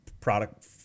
product